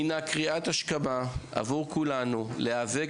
הינה קריאת השכמה עבור כולנו להיאבק